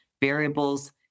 variables